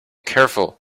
careful